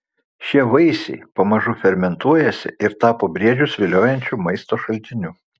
šie vaisiai pamažu fermentuojasi ir tapo briedžius viliojančiu maisto šaltiniu